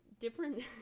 Different